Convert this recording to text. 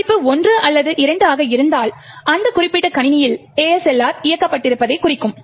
மதிப்பு 1 அல்லது 2 ஆக இருந்தால் அந்த குறிப்பிட்ட கணினியில் ASLR இயக்கப்பட்டிருப்பதைக் குறிக்கும்